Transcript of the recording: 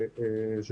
חברה ממשלתית,